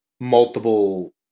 multiple